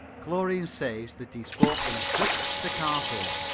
chlorine says that he spoke in a quick staccato.